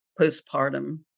postpartum